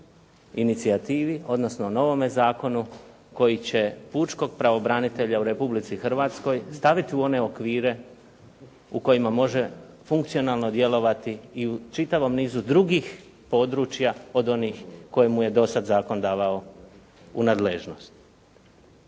inicijativi, odnosno novome zakonu koji će pučkog pravobranitelja u Republici Hrvatskoj staviti u one okvire u kojima može funkcionalno djelovati i u čitavom nizu drugih područja od onih koje mu je do sad zakon davao u nadležnost.